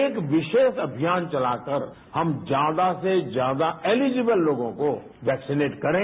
एक विशेष अभियान चलाकर हम ज्यादा से ज्यादा एलिजिबल लोगों को वैक्सीनेट करें